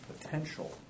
potential